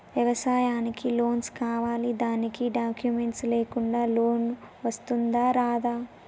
వ్యవసాయానికి లోన్స్ కావాలి దానికి డాక్యుమెంట్స్ లేకుండా లోన్ వస్తుందా రాదా?